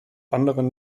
anderen